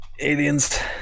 Aliens